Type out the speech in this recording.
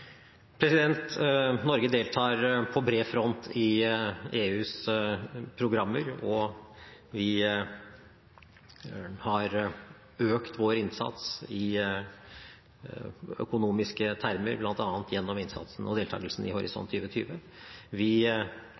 Norge deltar på bred front i EUs programmer, og vi har økt vår innsats i økonomiske termer bl.a. gjennom innsatsen og deltakelsen i Horisont 2020. Vi